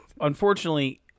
Unfortunately